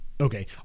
Okay